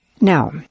Now